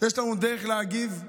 יש לנו דרך להגיב.